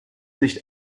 nicht